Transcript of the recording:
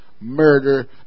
Murder